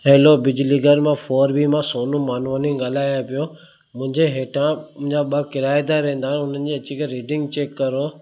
hello बिजली घर मां फ़ॉर वीमा सोनू मानवानी ॻाल्हायां पियो मुंहिंजे हेठां मुंहिंजा ॿ किराएदार रहंदा आहिनि हुनजी अची करे रीडिंग चैक करो